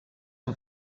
amb